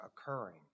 occurring